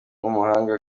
w’umuhanga